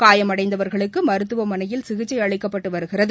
காயமடைந்தவர்களுக்கு மருத்துவமனையில் சிகிச்சை அளிக்கப்பட்டு வருகிறது